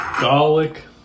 Garlic